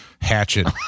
hatchet